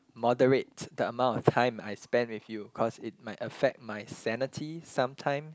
moderate the amount of time I spend with you cause it might affect my sanity sometime